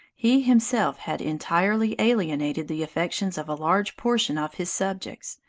he himself had entirely alienated the affections of a large portion of his subjects,